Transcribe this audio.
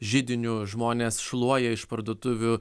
židiniu žmonės šluoja iš parduotuvių